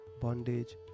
bondage